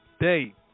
day